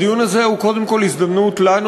הדיון הזה הוא קודם כול הזדמנות לנו,